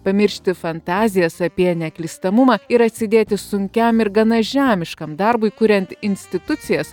pamiršti fantazijas apie neklystamumą ir atsidėti sunkiam ir gana žemiškam darbui kuriant institucijas